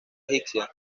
egipcia